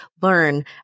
learn